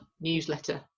newsletter